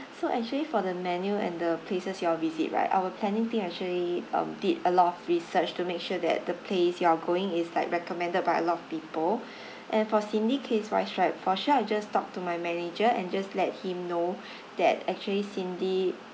so actually for the menu and the places you all visit right our planning team actually um did a lot of research to make sure that the place you are going is like recommended by a lot of people and for cindy case wise right for sure I just talk to my manager and just let him know that actually cindy